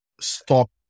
Stop